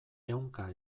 ehunka